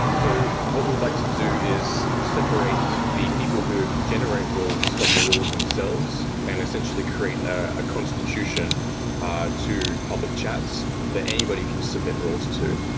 so what we'd like to do is separate the people who generate rules from the rules themselves and essentially create a constitution ah to public chats that anybody can submit rules to.